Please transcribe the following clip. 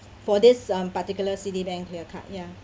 for this um particular citibank clear card ya